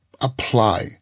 apply